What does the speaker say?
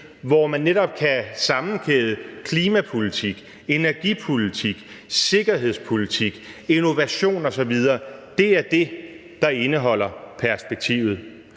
hvor man netop kan sammenkæde klimapolitik, energipolitik, sikkerhedspolitik, innovation osv., er det, der indeholder perspektivet.